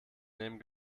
nehmen